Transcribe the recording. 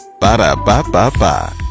Ba-da-ba-ba-ba